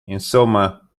insomma